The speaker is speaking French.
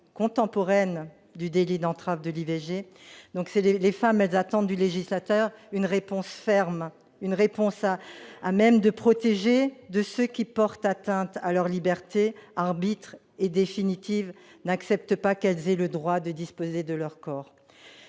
contemporaines du délit d'entrave à l'IVG. Les femmes attendent du législateur une réponse ferme, une réponse susceptible de les protéger de ceux qui portent atteinte à leur libre arbitre et, en définitive, n'acceptent pas qu'elles aient le droit de disposer de leur corps.